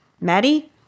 Maddie